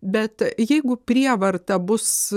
bet jeigu prievarta bus